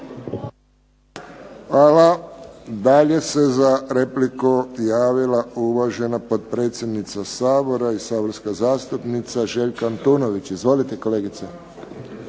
Hvala. Dalje se za repliku javila uvažena potpredsjednica Sabora i saborska zastupnica Željka Antunović. Izvolite kolegice.